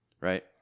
Right